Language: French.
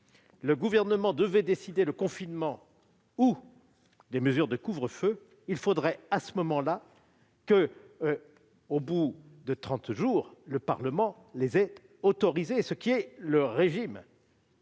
le Gouvernement devait décider le confinement ou des mesures de couvre-feu, il faudrait alors qu'au bout de trente jours, le Parlement les ait autorisés, selon le régime